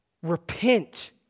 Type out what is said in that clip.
Repent